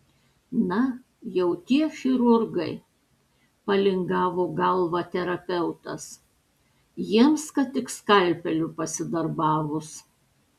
na jau tie chirurgai palingavo galvą terapeutas jiems kad tik skalpeliu pasidarbavus